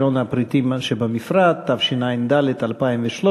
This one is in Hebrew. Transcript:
7) (מחירון הפריטים שבמפרט), התשע"ד 2013,